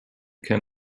can